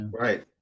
right